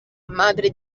madre